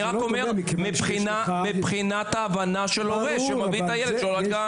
אני רק אומר מבחינת ההבנה של הורה שמביא את הילד שלו לגן.